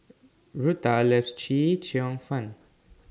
Rutha loves Chee Cheong Fun